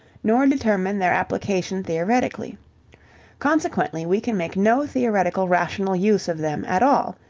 nor determine their application theoretically consequently, we can make no theoretical rational use of them at all,